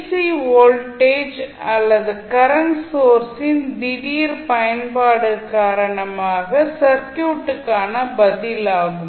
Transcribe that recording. C voltage அல்லது current சோர்ஸின் திடீர் பயன்பாடு காரணமாக சர்க்யூட்டுக்கான பதில் ஆகும்